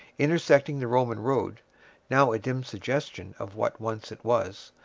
intersecting the roman road now a dim suggestion of what once it was,